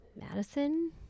Madison